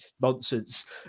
nonsense